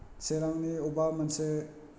चिरांनि अबा मोनसे